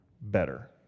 better